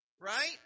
Right